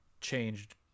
changed